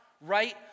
right